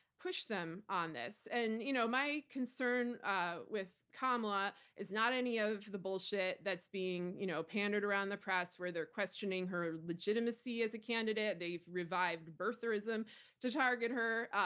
push them on this. and you know my concern ah with kamala is not any of the bullshit that's being you know pandered around the press, where they're questioning her legitimacy as a candidate. they've revived birtherism to target her.